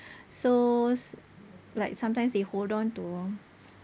so like sometimes they hold on to